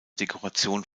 dekoration